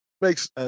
makes